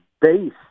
base